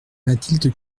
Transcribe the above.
mathilde